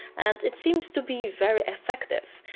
and it seems to be very effective.